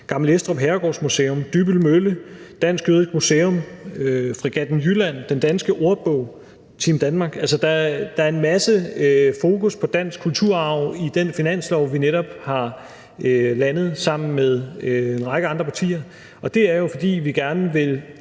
Danmarks Herregårdsmuseum, Dybbøl Mølle, Dansk Jødisk Museum, Fregatten Jylland, Den Danske Ordbog og Team Danmark. Altså, der er meget fokus på dansk kulturarv i den finanslovsaftale, vi netop har landet sammen med en række andre partier, og det er jo, fordi vi gerne vil